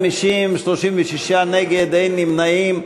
בעד, 50, נגד, 36, אין נמנעים.